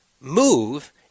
move